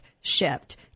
Shift